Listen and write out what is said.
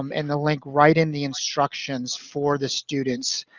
um, and the link right in the instructions for the students,